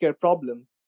problems